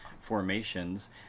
formations